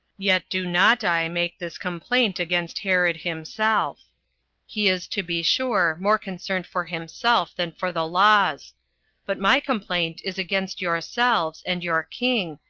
yet do not i make this complaint against herod himself he is to be sure more concerned for himself than for the laws but my complaint is against yourselves, and your king,